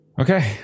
Okay